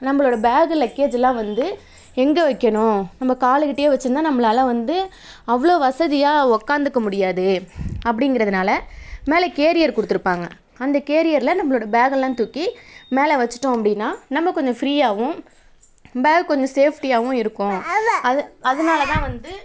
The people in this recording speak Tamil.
நம்மளோட பேக்கு லக்கேஜுஜெலாம் வந்து எங்கே வைக்கணும் நம்ம காலுக்கிட்டேயே வச்சுருந்தா நம்மளால வந்து அவ்வளோ வசதியாக உக்காந்துக்க முடியாது அப்படிங்கிறதுனால மேலே கேரியர் கொடுத்துருப்பாங்க அந்த கேரியரில் நம்மளோட பேக்கெல்லாம் தூக்கி மேலே வச்சுட்டோம் அப்படின்னா நம்ம கொஞ்சம் ஃப்ரீயாகவும் பேக் கொஞ்சம் சேஃப்ட்டியாகவும் இருக்கும் அது அதனால தான் வந்து